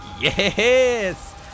Yes